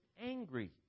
angry